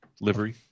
livery